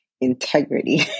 integrity